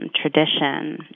tradition